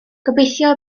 gobeithio